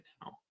now